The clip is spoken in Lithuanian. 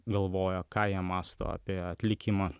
galvoja ką jie mąsto apie atlikimą